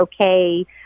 okay